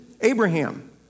Abraham